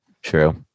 True